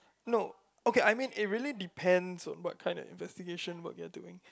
no okay I mean it really depends on what kinda investigation work you're doing